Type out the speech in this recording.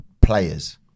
players